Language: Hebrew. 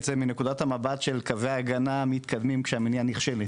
זה מנקודת המבט של קווי ההגנה המתקדמים כשהמניעה נכשלת,